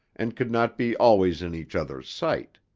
and could not be always in each other's sight.